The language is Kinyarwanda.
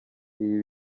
ibi